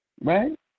Right